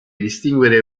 distinguere